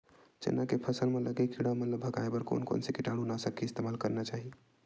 चना के फसल म लगे किड़ा मन ला भगाये बर कोन कोन से कीटानु नाशक के इस्तेमाल करना चाहि?